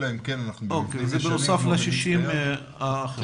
אלא אם כן אנחנו --- זה בנוסף ל-60 האחרים?